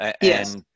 Yes